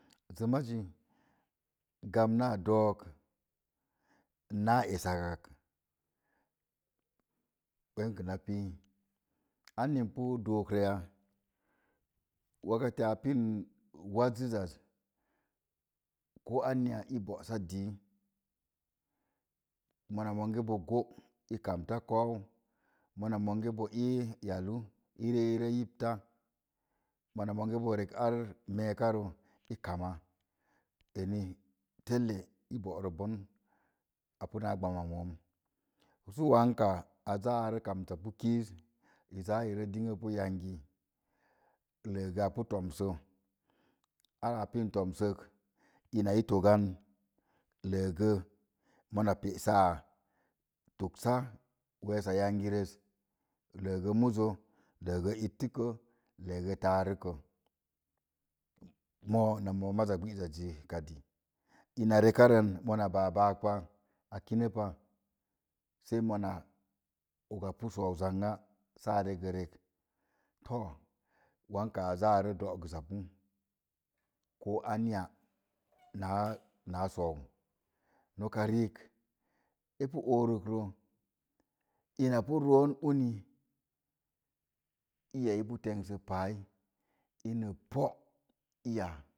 Zoma zi gbana dook naa esak ak wenkə na pii anni n pi dook rə ya wataati a pin wazziz ak ko anyi i ɓosa dii mona mongə bo gô i kamta koou mona mongé bo ii yalu i re i yibta mona mongə bo rek ar meeika rə i kamɓə eni telle i borə bon api naa gbam ma noom. su wankaa a za sə a kamsa pu kiz i zaa i digə pu yangi legə a pii toms se ar a pin tomssek in tosan lee gə mona pè sàá toogsa wasa yangi rə. Legə muzo legə ittiku legə tariko moo na moo maza gbazaz zi kadi ina rekarən mona báá baák pa a kəno pa sei mona oga pu sòó zangə sáá regə rek to wank a zaaa do'gə sa pu ko anya náá na soou no'ku riik e pu oorik rə ina pu ro'on uni iya i pii tengsə pa ina poo iya ipu irə dii.